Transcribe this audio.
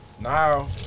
now